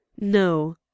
No